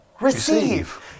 receive